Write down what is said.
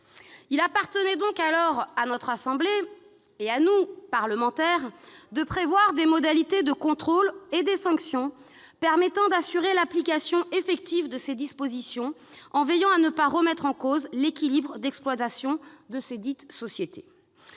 Il appartenait à notre assemblée- à nous, parlementaires -de prévoir des modalités de contrôle et des sanctions, afin d'assurer l'application effective de ces dispositions, en veillant à ne pas remettre en cause l'équilibre d'exploitation desdites sociétés.